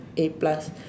A plus